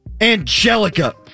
Angelica